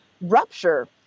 rupture